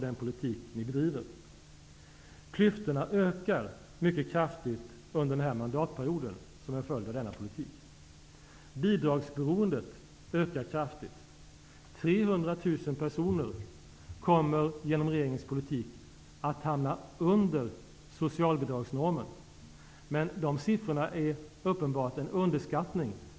Den stimulerar till investeringar både hos företag och hos hushåll, och den förstärker statsfinanserna. Därutöver behövs det en tillfällig finanspolitisk stimulans till konsumtion och produktion.